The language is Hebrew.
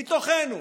מתוכנו,